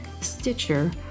Stitcher